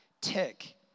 tick